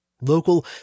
local